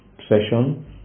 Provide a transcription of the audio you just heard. session